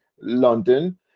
London